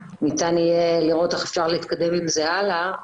שניתן יהיה לראות איך אפשר להתקדם עם זה הלאה,